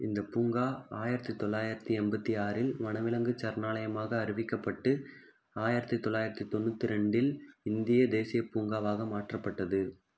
இந்தப் பூங்கா ஆயிரத்தி தொள்ளாயிரத்தி எண்பத்தி ஆறில் வனவிலங்குச் சரணாலயமாக அறிவிக்கப்பட்டு ஆயிரத்தி தொள்ளாயிரத்தி தொண்ணூற்றி ரெண்டில் இந்திய தேசியப் பூங்காவாக மாற்றப்பட்டது